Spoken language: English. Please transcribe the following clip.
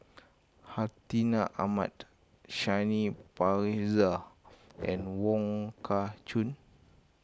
Hartinah Ahmad Shanti Pereira and Wong Kah Chun